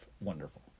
wonderful